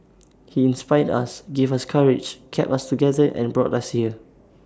he inspired us gave us courage kept us together and brought us here